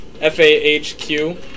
F-A-H-Q